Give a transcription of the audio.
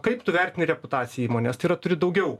kaip tu vertini reputaciją įmonės tai yra turi daugiau